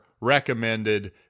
recommended